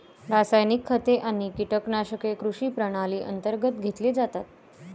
रासायनिक खते आणि कीटकनाशके कृषी प्रणाली अंतर्गत घेतले जातात